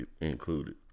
included